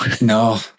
No